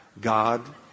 God